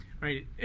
Right